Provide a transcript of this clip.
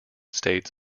states